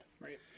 right